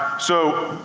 so,